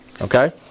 okay